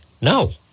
No